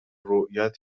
رویت